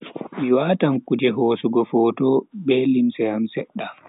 Mi watan kuje hosugo foto be limse am sedda.